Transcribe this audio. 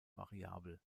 variabel